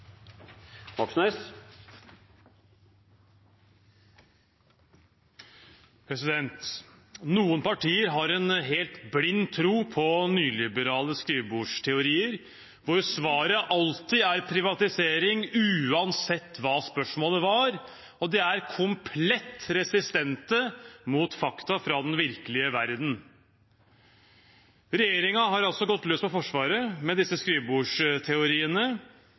privatisering, uansett hva spørsmålet var, og de er komplett resistente mot fakta fra den virkelige verden. Regjeringen har gått løs på Forsvaret med disse skrivebordsteoriene,